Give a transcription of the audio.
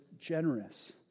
generous